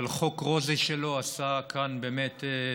אבל חוק רוזי שלו עשה כאן באמת,